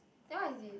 then what is this